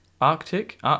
arctic